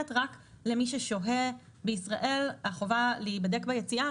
רק למי ששוהה בישראל החובה להיבדק ביציאה,